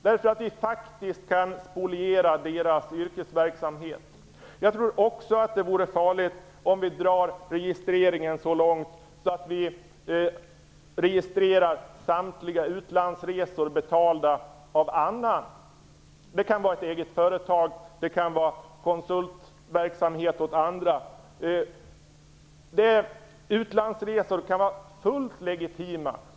Det kan faktiskt spoliera deras yrkesverksamhet. Jag tror också att det vore farligt om vi för registreringen så långt att vi registrerar samtliga utlandsresor betalda av annan. Det kan gälla ett eget företag eller konsultverksamhet åt andra. Utlandsresor kan vara fullt legitima.